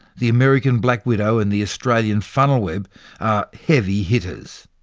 the american black widow and the australian funnel web are heavy hitters.